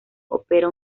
opera